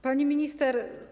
Pani Minister!